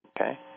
Okay